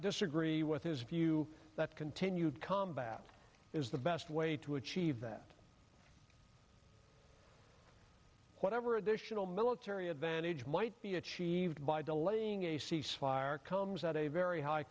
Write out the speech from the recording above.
disagree with his view that continued combat is the best way to achieve that whatever additional military advantage might be achieved by delaying a ceasefire comes at a very high